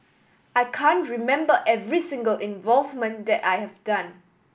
I can remember every single involvement that I have done